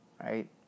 right